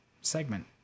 segment